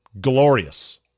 glorious